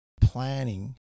planning